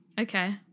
Okay